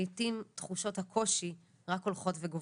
לעיתים תחושות הקושי רק הולכות וגוברות.